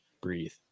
breathe